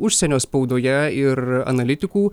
užsienio spaudoje ir analitikų